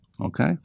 okay